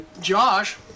Josh